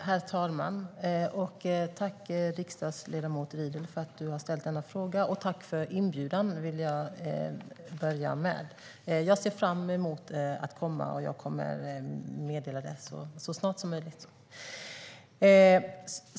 Herr talman! Tack, riksdagsledamot Riedl, för interpellationen och tack för inbjudan! Jag ser fram emot att komma och ska så snart som möjligt meddela när det blir.